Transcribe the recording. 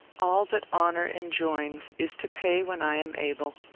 all that honour enjoins is to pay when i am able.